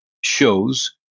shows